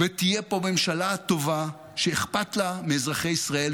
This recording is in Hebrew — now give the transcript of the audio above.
ותהיה פה ממשלה טובה שאכפת לה מאזרחי ישראל,